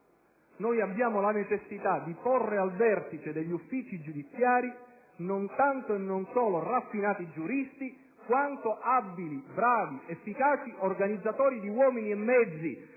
Noi abbiamo la necessità di porre al vertice degli uffici giudiziari non tanto e non solo raffinati giuristi, quanto abili, bravi, efficaci organizzatori di uomini e mezzi,